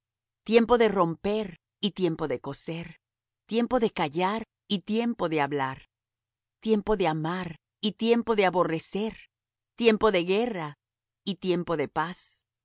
tiempo de romper y tiempo de coser tiempo de callar y tiempo de hablar tiempo de amar y tiempo de aborrecer tiempo de guerra y tiempo de paz